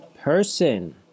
person